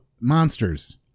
monsters